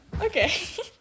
okay